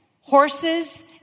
horses